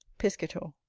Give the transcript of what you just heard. piscator.